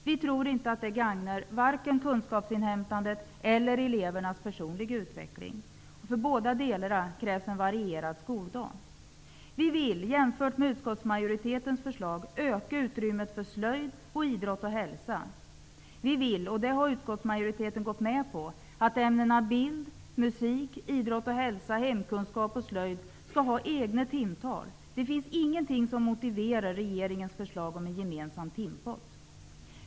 Vi tror inte att det gagnar vare sig kunskapsinhämtandet eller elevernas personliga utveckling. Båda delarna kräver en varierad skoldag. Vi vill, jämfört med utskottsmajoritetens förslag, öka utrymmet för slöjd samt idrott och hälsa. Vi vill, och det har utskottsmajoriteten gått med på, att ämnena bild, musik, idrott och hälsa, hemkunskap och slöjd, skall ha egna timtal. Det finns inget som motiverar regeringens förslag om en gemensam timpott.